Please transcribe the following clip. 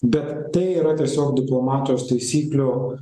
bet tai yra tiesiog diplomatijos taisyklių